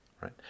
right